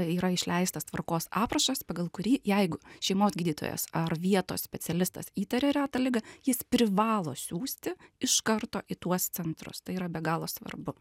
yra išleistas tvarkos aprašas pagal kurį jeigu šeimos gydytojas ar vietos specialistas įtaria retą ligą jis privalo siųsti iš karto į tuos centrus tai yra be galo svarbu